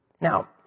Now